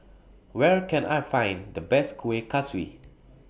Where Can I Find The Best Kuih Kaswi